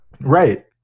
Right